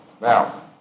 Now